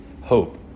hope